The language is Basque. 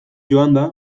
joanda